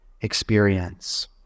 experience